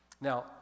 Now